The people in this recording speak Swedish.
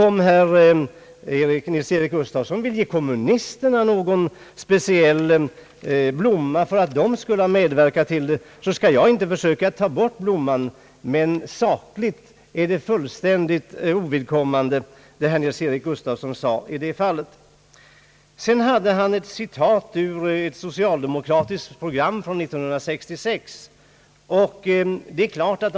Om herr Nils-Eric Gustafsson vill ge kommunisterna någon speciell blomma för att de skulle ha medverkat härtill, skall jag inte försöka ta bort den blomman, men sakligt är vad herr Nils-Eric Gustafsson anförde fullständigt ovidkommande i detta fall. Herr Nils-Eric Gustafsson citerade också ur ett socialdemokratiskt program från år 1966.